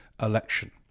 election